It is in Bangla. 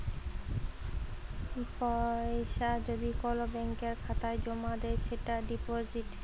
পয়সা যদি কল ব্যাংকের খাতায় জ্যমা দেয় সেটা ডিপজিট